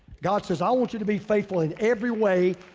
god says, i want you to be faithful in every way,